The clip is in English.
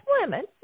women